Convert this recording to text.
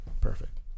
perfect